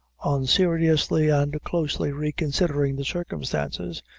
on seriously and closely reconsidering the circumstances,